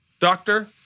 Doctor